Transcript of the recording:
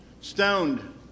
stoned